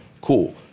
Cool